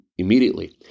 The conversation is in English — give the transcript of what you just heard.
immediately